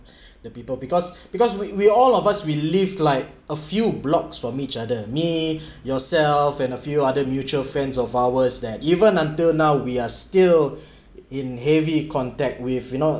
the people because because we we all of us we live like a few blocks from each other me yourself and a few other mutual friends of ours that even until now we are still in heavy contact with you know